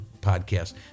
podcast